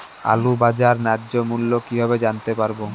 আলুর বাজার ন্যায্য মূল্য কিভাবে জানতে পারবো?